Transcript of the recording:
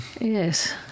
Yes